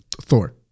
Thor